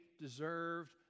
deserved